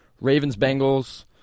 Ravens-Bengals